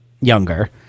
younger